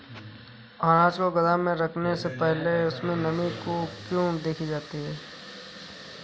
अनाज को गोदाम में रखने से पहले उसमें नमी को क्यो देखी जाती है?